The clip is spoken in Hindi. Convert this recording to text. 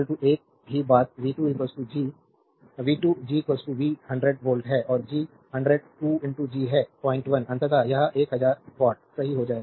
तो यह एक ही बात v2 G v 100 वोल्ट है और G 100 2 G है 01 अंततः यह 1000 वाट सही हो जाएगा